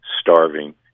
starving